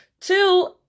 Two